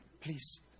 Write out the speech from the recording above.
please